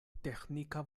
teĥnika